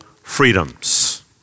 freedoms